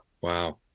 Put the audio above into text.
Wow